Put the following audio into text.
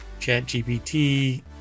ChatGPT